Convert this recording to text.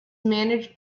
managed